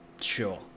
Sure